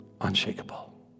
Unshakable